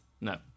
No